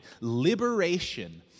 liberation